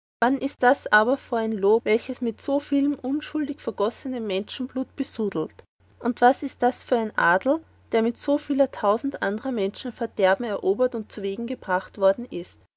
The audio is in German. was ist das aber vor ein lob welches mit so vielem unschuldig vergossenem menschenblut besudelt und was ist das vor ein adel der mit so vieler tausend anderer menschen verderben erobert und zuwegen gebracht worden ist